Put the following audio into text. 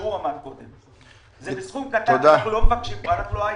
אנחנו לא היי-טק.